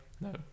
No